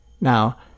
now